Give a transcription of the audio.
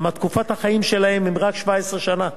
כי תקופת החיים שלהן היא רק 17 שנה.